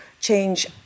change